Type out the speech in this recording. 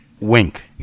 Wink